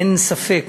אין ספק,